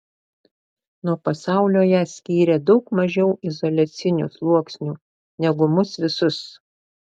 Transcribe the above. nuo pasaulio ją skyrė daug mažiau izoliacinių sluoksnių negu mus visus